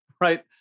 right